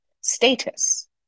status